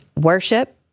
worship